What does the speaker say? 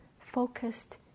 focused